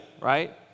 right